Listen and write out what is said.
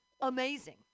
amazing